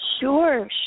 Sure